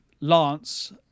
Lance